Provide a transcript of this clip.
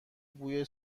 بوی